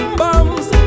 bombs